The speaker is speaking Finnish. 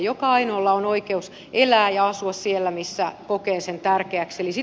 joka ainoalla on oikeus elää ja asua siellä missä kokee sen tärkeäksi